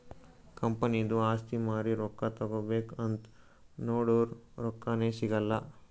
ಕಂಪನಿದು ಆಸ್ತಿ ಮಾರಿ ರೊಕ್ಕಾ ತಗೋಬೇಕ್ ಅಂತ್ ನೊಡುರ್ ರೊಕ್ಕಾನೇ ಸಿಗಲ್ಲ